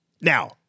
Now